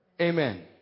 Amen